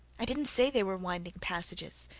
i didn't say they were winding passages.